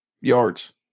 Yards